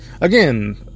again